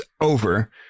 over